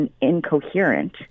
incoherent